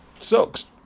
sucks